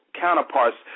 counterparts